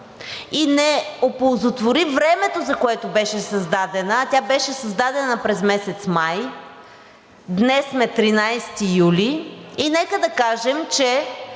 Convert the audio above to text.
и не оползотвори времето, за което беше създадена, а тя беше създадена през месец май, днес сме 13 юли, и нека да кажем, че